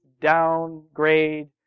downgrade